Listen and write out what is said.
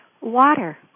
Water